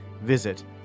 Visit